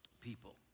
people